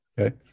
Okay